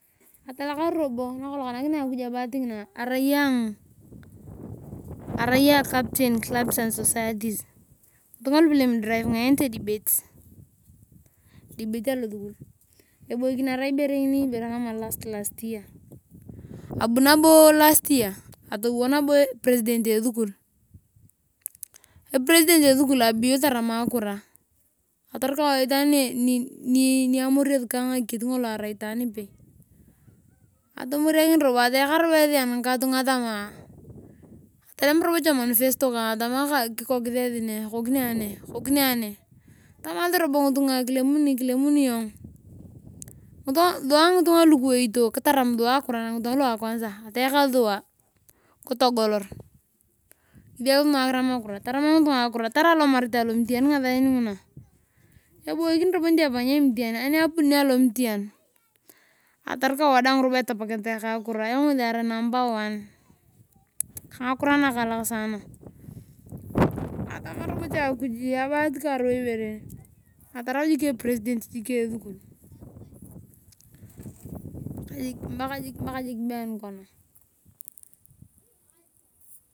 Atalakar robo nakolong kainakinea akuj abahat ngina arai ayong captain clubs and societies ngitunga lupelem idrivingate edebate esokul eboikin abu nabo last year atowo president esukul abeyo tarama ekura atorukou ayong itaan ni amonousi ka ayong ekiket arai ipei atayaka robo esian ngikatunga atolem manifesto kang atama kikokis esi ne ekokiano tamasi lobo ngitunga kilemu iyong sua ngitunga lukiwoito kitaram ekura lo kwansa atayakasi sua kitogolor kisiakis ngitunga akiram ekura tarama ngitunga akura tarai alomarit ayong lomitian ngasaa nguna eboikin robo nitifany emitian ani apuduni alomitian atorukou wadaang etapakinitai eka kuro ayong ngesi arai number one ka ngakurae nakaalak saana atama robo cha akuji abahat ka rbo ibere een atarau jik epresident esukul mpaka juk been kona.